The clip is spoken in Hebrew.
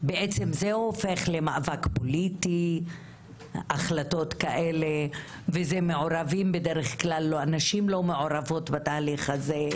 בעצם זה הופך למאבק פוליטי ובדרך כלל הנשים לא מעורבות בתהליך הזה,